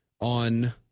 on